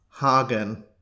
Hagen